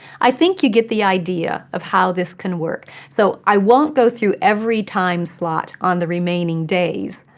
i think you get the idea of how this can work, so i won't go through every time slot on the remaining days.